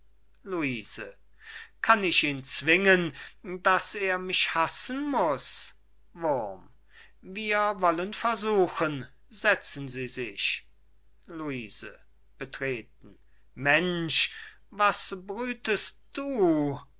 luise kann ich ihn zwingen daß er mich hassen muß wurm wir wollen versuchen setzen sie sich luise betreten mensch was brütest du